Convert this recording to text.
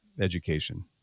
education